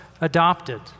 adopted